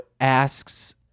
asks